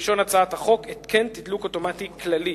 ובלשון הצעת החוק "התקן תדלוק אוטומטי כללי".